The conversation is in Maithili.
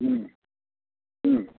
हॅं हॅं